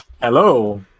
hello